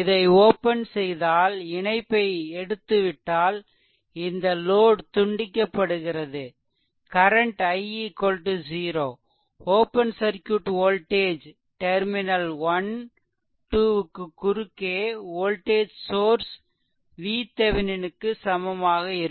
இதை ஓப்பன் செய்தால் இணைப்பை எடுத்துவிட்டால் இந்த லோட் துண்டிக்கப்படுகிறது current i 0 open circuit voltage terminal 1 2 க்கு குறுக்கே வோல்டேஜ் சோர்ஸ் VThevenin க்கு சமமாக இருக்கும்